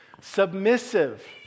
Submissive